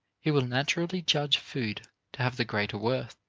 he will naturally judge food to have the greater worth.